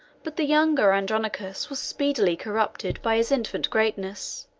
but the younger andronicus was speedily corrupted by his infant greatness,